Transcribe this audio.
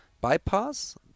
bypass